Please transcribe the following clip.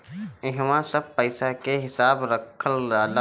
इहवा सब पईसा के हिसाब रखल जाला